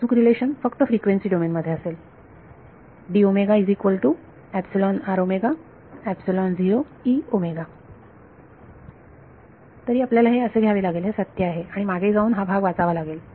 अचूक रिलेशन फक्त frequency domain मध्ये असेल तरी आपल्याला असे घ्यावे लागेल हे सत्य आहे आणि मागे जाऊन हा भाग वाचावा लागेल